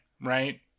right